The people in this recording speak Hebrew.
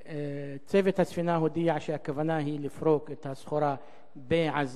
צוות הספינה הודיע שהכוונה היא לפרוק את הסחורה בעזה,